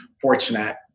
fortunate